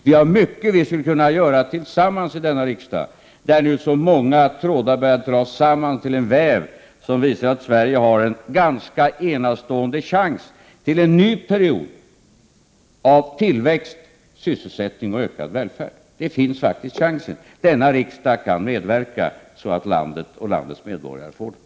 Det finns mycket vi skulle kunna göra tillsammans i denna riksdag, där nu så många trådar börjat dras samman till en väv som visar att Sverige har en enastående chans till en ny period av tillväxt, sysselsättning och ökad välfärd. Den chansen finns faktiskt. Denna riksdag kan medverka till att landet och dess medborgare får den.